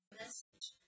message